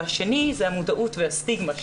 השני, זו המודעות והסטיגמה.